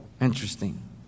Interesting